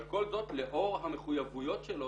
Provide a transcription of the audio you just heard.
אבל כל זאת לאור המחויבויות שלו,